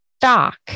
Stock